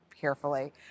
carefully